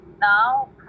now